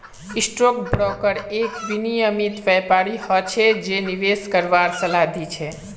stock broker एक विनियमित व्यापारी हो छै जे निवेश करवार सलाह दी छै